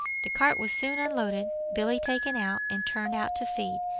the cart was soon unloaded, billy taken out and turned out to feed,